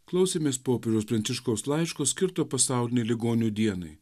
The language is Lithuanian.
klausėmės popiežiaus pranciškaus laiško skirto pasaulinei ligonių dienai